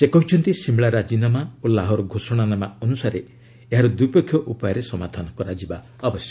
ସେ କହିଛନ୍ତି ଶିମଳା ରାଜିନାମା ଓ ଲାହୋର ଘୋଷଣାନାମା ଅନୁସାରେ ଏହାର ଦ୍ୱିପକ୍ଷିୟ ଉପାୟରେ ସମାଧାନ ହେବା ଉଚିତ୍